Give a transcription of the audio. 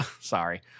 Sorry